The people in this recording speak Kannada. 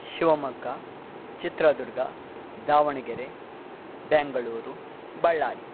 ಶಿವಮೊಗ್ಗ ಚಿತ್ರದುರ್ಗ ದಾವಣಗೆರೆ ಬೆಂಗಳೂರು ಬಳ್ಳಾರಿ